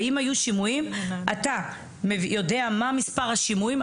אתה יודע מה מספר השימועים?